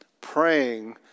praying